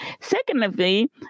secondly